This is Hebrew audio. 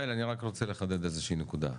הראל אני רק רוצה לחדד איזו שהיא נקודה.